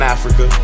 Africa